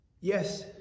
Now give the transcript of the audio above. Yes